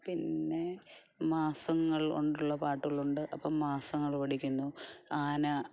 പിന്നെ മാസങ്ങൾ കൊണ്ടുള്ള പാട്ടുകളുണ്ട് അപ്പം മാസങ്ങൾ പഠിക്കുന്നു ആന